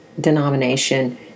denomination